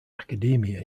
academia